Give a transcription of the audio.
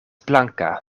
blanka